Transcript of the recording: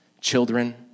children